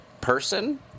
person